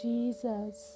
Jesus